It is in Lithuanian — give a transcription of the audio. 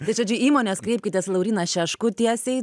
tai žodžiu įmonės kreipkitės į lauryną šeškų tiesiai